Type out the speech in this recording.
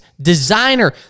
designer